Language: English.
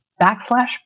backslash